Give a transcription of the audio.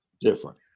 different